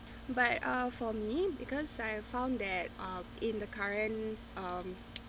but uh for me because I found that ah in the current um